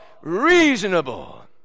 Reasonable